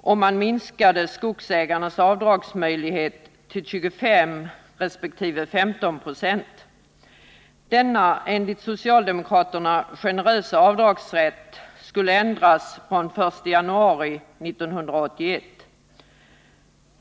om man minskade skogsägarnas avdragsmöjlighet till 25 resp. 15 20. Den enligt socialdemokraterna generösa avdragsrätten föreslogs endast ändras från den 1 januari 1981.